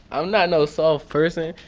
i'm not no soft person,